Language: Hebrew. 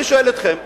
אני שואל אתכם,